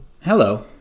Hello